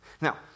Now